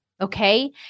Okay